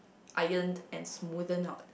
ironed and smoothened out